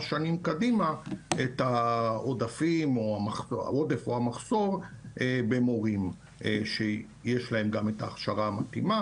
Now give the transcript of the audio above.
שנים קדימה את העודף או המחסור במורים שיש להם גם את ההכשרה המתאימה.